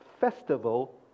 festival